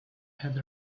had